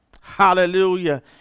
Hallelujah